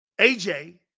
AJ